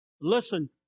Listen